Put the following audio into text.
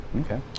Okay